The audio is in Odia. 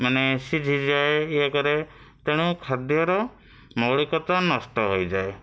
ମାନେ ସିଝିଯାଏ ଇଏ କରେ ତେଣୁ ଖାଦ୍ୟର ମୌଳିକତା ନଷ୍ଟ ହୋଇଯାଏ